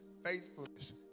faithfulness